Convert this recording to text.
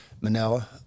Manila